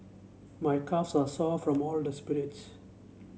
my calves are sore from all the sprints